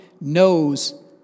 knows